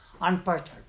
unperturbed